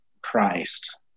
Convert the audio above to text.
Christ